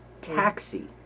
Taxi